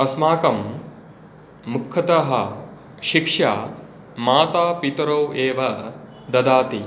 अस्माकं मुख्यतः शिक्षा माता पितरौ एव ददाति